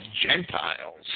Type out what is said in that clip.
Gentiles